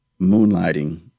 Moonlighting